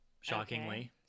shockingly